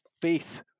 faith